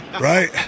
right